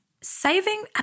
saving